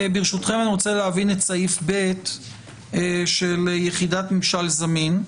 ברשותכם אני רוצה להבין את סעיף ב של יחידת ממשל זמין.